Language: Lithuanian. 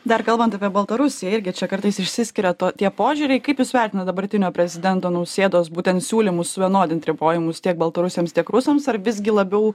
dar kalbant apie baltarusiją irgi čia kartais išsiskiria to tie požiūriai kaip jūs vertinate dabartinio prezidento nausėdos būtent siūlymus vienodint ribojimus tiek baltarusiams tiek rusams ar visgi labiau